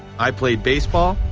i played baseball,